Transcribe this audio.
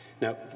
Now